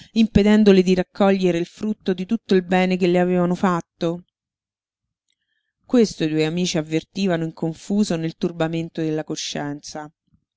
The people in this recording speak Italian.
impedendole di raccogliere il frutto di tutto il bene che le avevano fatto questo i due amici avvertivano in confuso nel turbamento della coscienza